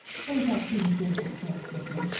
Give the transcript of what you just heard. for he thought peter did but jest with him,